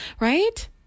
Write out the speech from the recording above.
Right